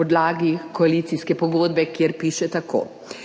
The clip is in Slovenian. podlagi koalicijske pogodbe, kjer piše tako: